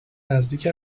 نزدیک